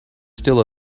still